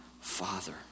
Father